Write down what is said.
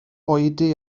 oedi